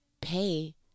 pay